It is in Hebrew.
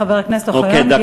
חבר הכנסת אוחיון,